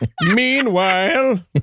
Meanwhile